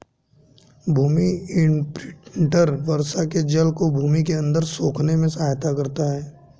भूमि imprinter वर्षा के जल को भूमि के अंदर सोखने में सहायता करता है